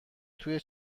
توی